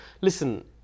listen